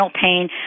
pain